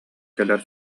кэлэр